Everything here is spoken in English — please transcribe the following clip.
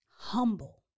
Humble